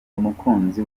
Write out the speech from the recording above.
umukunzi